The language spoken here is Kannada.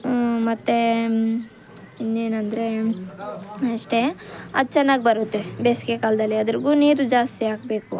ಮತ್ತೆ ಇನ್ನೇನೆಂದ್ರೆ ಅಷ್ಟೆ ಅದು ಚೆನ್ನಾಗಿ ಬರುತ್ತೆ ಬೇಸಿಗೆಕಾಲದಲ್ಲಿ ಅದ್ರಾಗೂ ನೀರು ಜಾಸ್ತಿ ಹಾಕ್ಬೇಕು